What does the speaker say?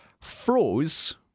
froze